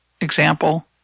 example